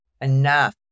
enough